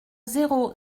zéro